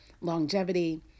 longevity